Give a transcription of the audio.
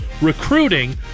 recruiting